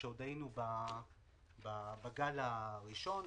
כשעוד היינו בגל הראשון.